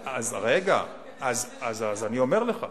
אז אני אומר לך.